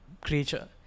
creature